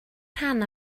rhan